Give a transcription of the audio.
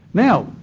now,